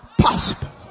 possible